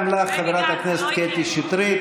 הם לא מגנים, תשכח מזה.